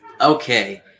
Okay